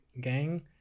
gang